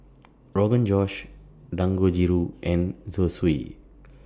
Rogan Josh Dangojiru and Zosui